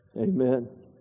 Amen